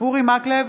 אורי מקלב,